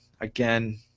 again